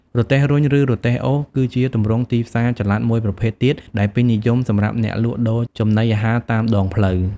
រទេះរុញ ឬ រទេះអូស គឺជាទម្រង់ទីផ្សារចល័តមួយប្រភេទទៀតដែលពេញនិយមសម្រាប់អ្នកលក់ដូរចំណីអាហារតាមដងផ្លូវ។